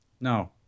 No